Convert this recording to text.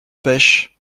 pêche